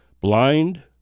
Blind